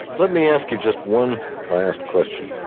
let me ask you just one last question.